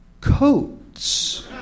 coats